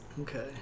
Okay